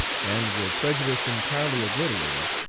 and were prejudice entirely obliterated,